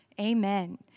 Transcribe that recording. amen